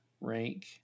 rank